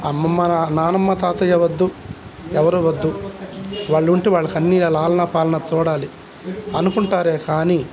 అమ్మమ్మ నా నానమ్మ తాతయ్య వద్దు ఎవరు వద్దు వాళ్ళుంటే వాళ్ళకి అన్ని ఆలనా పాలనా చూడాలి అనుకుంటారే కానీ